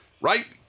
right